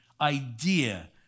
idea